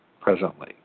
presently